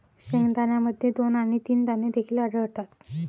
शेंगदाण्यामध्ये दोन आणि तीन दाणे देखील आढळतात